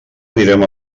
anirem